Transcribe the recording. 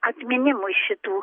atminimui šitų